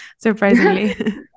surprisingly